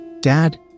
dad